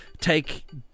take